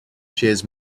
shares